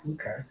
Okay